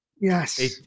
Yes